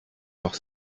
noch